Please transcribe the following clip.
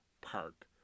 park